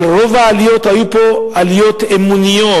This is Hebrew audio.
אבל רוב העליות, היו פה עליות אמוניות,